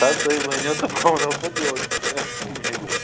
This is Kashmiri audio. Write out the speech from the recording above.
ہَتہٕ حظ تُہۍ ؤنِو تہٕ بہٕ وَنو پَتہٕ یورٕ تہِ تۅہہِ کٔہۍ میٚلِو